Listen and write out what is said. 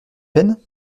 peine